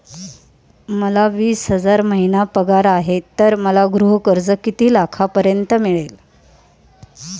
मला वीस हजार महिना पगार आहे तर मला गृह कर्ज किती लाखांपर्यंत मिळेल?